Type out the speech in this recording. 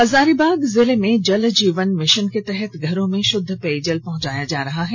हजारीबाग जिले में जल जीवन मिशन के तहत घरों में शुद्ध पेयजल पहुंचाया जा रहा है